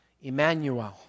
Emmanuel